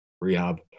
rehab